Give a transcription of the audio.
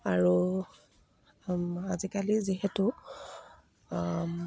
আৰু আজিকালি যিহেতু